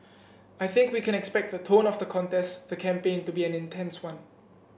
I think we can expect the tone of the contest the campaign to be an intense one